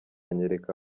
anyereka